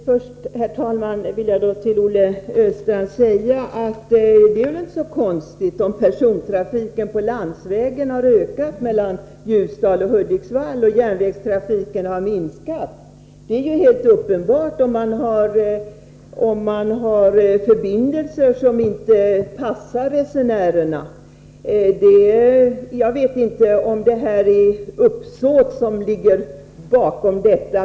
Herr talman! Först vill jag till Olle Östrand säga att det väl inte är så konstigt om persontrafiken på landsväg har ökat mellan Ljusdal och Hudiksvall och att järnvägstrafiken har minskat. Det är ju helt uppenbart att det blir så om man har förbindelser som inte passar resenärerna. Jag vet inte om det är uppsåt som ligger bakom detta.